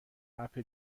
اَپ